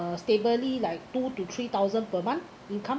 uh stably like two to three thousand per month income